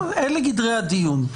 אלה גדרי הדיון.